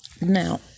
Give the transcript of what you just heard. Now